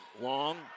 long